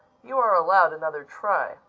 you are allowed another try.